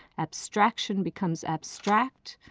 abstraction becomes abstract,